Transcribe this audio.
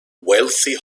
wealthy